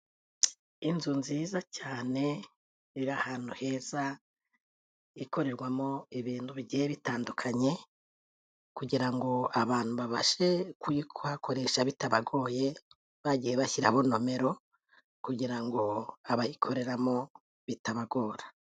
Inzu nziza cyane iri ahantu heza ikorerwamo ibintu bigiye bitandukanye, kugira ngo abantu babashe kuyikoresha bitabagoye bagiye bashyiraho nomero, kugira ngo abayikoreramo bitabagora.